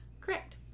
Correct